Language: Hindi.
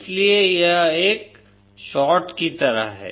इसलिए यह एक शॉर्ट की तरह है